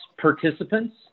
participants